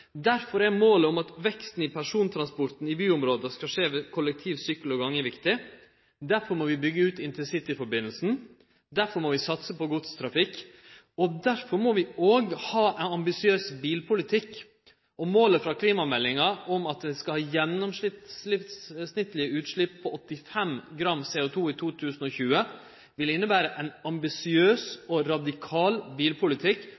Derfor er målet om at veksten i persontransporten i byområda skal skje ved «kollektivtransport, sykkel og gange», viktig. Derfor må vi byggje ut intercitysambandet. Derfor må vi satse på godstrafikk. Derfor må vi òg ha ein ambisiøs bilpolitikk. Målet i klimameldinga om at ein skal ha eit gjennomsnittleg utslepp på 85 g CO2/km i 2020, vil innebere ein ambisiøs og radikal bilpolitikk,